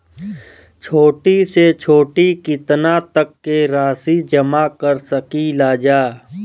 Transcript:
छोटी से छोटी कितना तक के राशि जमा कर सकीलाजा?